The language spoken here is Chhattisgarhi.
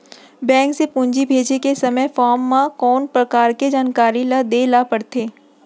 बैंक से पूंजी भेजे के समय फॉर्म म कौन परकार के जानकारी ल दे ला पड़थे?